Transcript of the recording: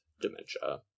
dementia